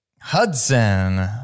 Hudson